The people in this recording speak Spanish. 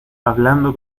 hablando